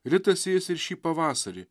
ritasi jis ir šį pavasarį